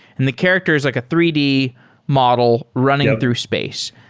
and the character is like a three d model running through space.